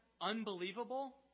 unbelievable